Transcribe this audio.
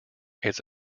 its